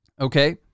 Okay